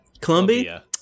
columbia